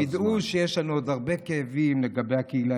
אבל תדעו שיש לנו עוד הרבה כאבים לגבי הקהילה